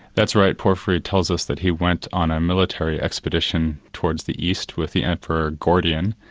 that's right. porphyry tells us that he went on a military expedition towards the east with the emperor gordian,